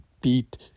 beat